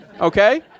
Okay